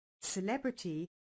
celebrity